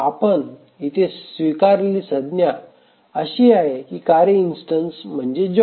आपण या इथे स्वीकारलेली संज्ञा अशी आहे की कार्य इंस्टन्स म्हणजे जॉब